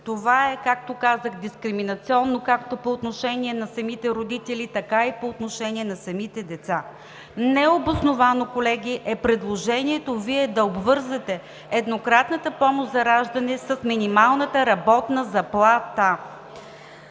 Това е, както казах, дискриминационно както по отношение на самите родители, така и по отношение на самите деца. Необосновано, колеги, е предложението Ви да обвързвате еднократната помощ за раждане с минималната работна заплата.